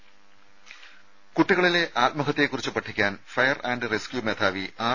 ദേദ കുട്ടികളിലെ ആത്മഹത്യയെക്കുറിച്ച് പഠിക്കാൻ ഫയർ ആന്റ് റെസ്ക്യൂ മേധാവി ആർ